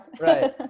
right